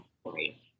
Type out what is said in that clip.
story